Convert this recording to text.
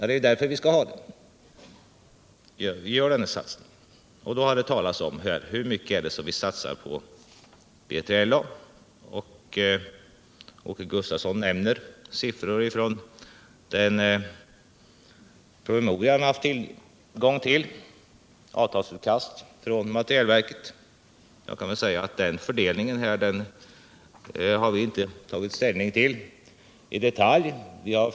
Ja, det är därför vi gör denna satsning. Det har här talats om hur mycket vi satsar på B3LA. Åke Gustavsson nämner siffror från materielverkets framställning, som han haft tillgång till. Jag kan väl säga att vi inte i detalj tagit ställning till den fördelning han anger.